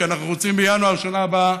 כי אנחנו רוצים שבינואר בשנה הבאה